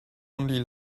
only